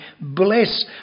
bless